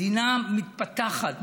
מדינה מתפתחת,